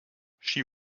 she